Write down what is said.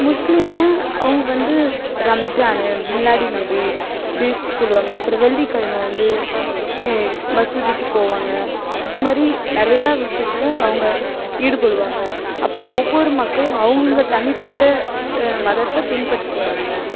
முஸ்லீம்னா அவங்க வந்து ரம்ஜானு மிலாடிநபி சொல்வாங்கள்ல அப்புறம் வெள்ளிக்கெழமை வந்து மசூதிக்கு போவாங்க இதுமாதிரி நிறையா விஷயத்துல அவங்க ஈடுபடுவாங்க அப்போ ஒவ்வொரு மக்களும் அவங்கவுங்க தனிப்பட்ட மதத்தை பின்பற்றிகிட்டு வர்றாங்க